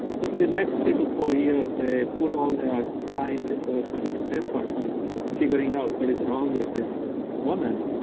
so for the next three to four years they put all their time, resource, and effort on figuring out what is wrong with this woman,